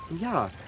Ja